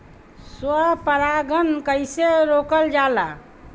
स्व परागण कइसे रोकल जाला?